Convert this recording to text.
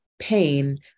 pain